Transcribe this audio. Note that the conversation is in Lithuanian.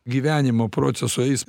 gyvenimo proceso jis